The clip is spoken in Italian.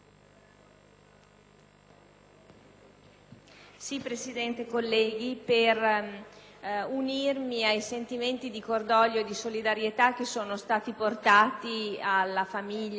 Presidente, colleghi, vorrei unirmi ai sentimenti di cordoglio e di solidarietà che sono stati portati alla famiglia